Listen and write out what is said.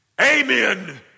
amen